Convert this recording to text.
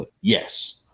Yes